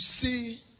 see